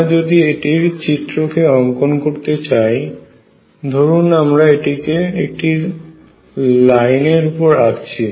আমরা যদি এটির চিত্র কে অঙ্কন করতে চাই ধরুন আমরা এটিকে একটি লাইনের উপরে আঁকছি